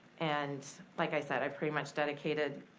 and like i said, i've pretty much dedicated,